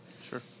Sure